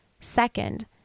Second